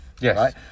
Yes